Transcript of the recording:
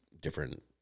different